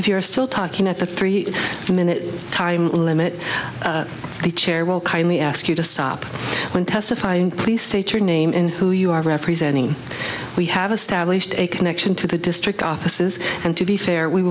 if you are still talking at the three minutes time limit the chair will kindly ask you to stop when testifying please state your name and who you are representing we have established a connection to the district offices and to be fair we